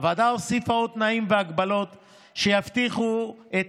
הוועדה הוסיפה עוד תנאים והגבלות שיבטיחו את